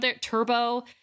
Turbo